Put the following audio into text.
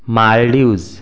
Maldives